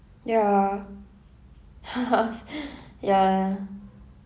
ya ya